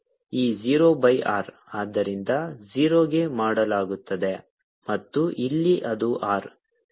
ಆದ್ದರಿಂದ 0 ಗೆ ಮಾಡಲಾಗುತ್ತದೆ ಮತ್ತು ಇಲ್ಲಿ ಅದು R